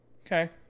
Okay